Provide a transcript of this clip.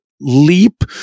leap